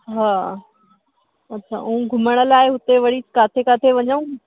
हा अच्छा ऐं घुमण लाइ हुते वरी किथे किथे वञू